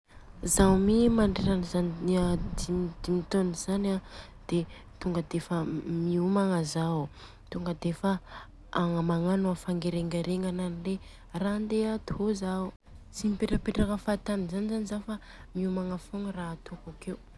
Zaho mi mandritran'izany dimy taona zany an, de tonga de miomagna zaho, tonga defa aa magnano a fangerengeregna ny ra handeha atô zaho. Tsy mipetrapetrapetraka fahatany zany zaho fa miomagna fogna ra atôko akeo